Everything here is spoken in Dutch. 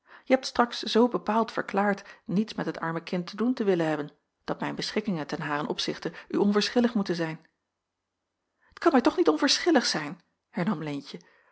je hebt straks zoo bepaald verklaard niets met het arme kind te doen te willen hebben dat mijn beschikkingen ten haren opzichte u onverschillig moeten zijn t kan mij toch niet onverschillig zijn hernam leentje